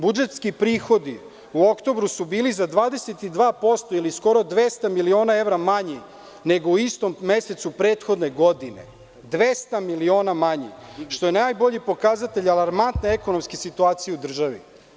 Budžetski prihodi u oktobru su bili za 22% ili skoro 200 miliona evra manji, nego u istom mesecu prethodne godine, što je najbolji pokazatelj alarmantne ekonomske situacije u državi.